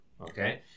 Okay